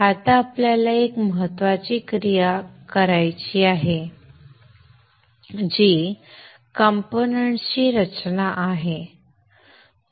आता आपल्याला एक महत्त्वाची क्रिया करायची आहे जी कंपोनेंट्स ची रचना आहे